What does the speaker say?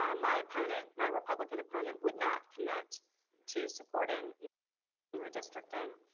um my opponent, my republican opponent, would not commit to supporting redistricting.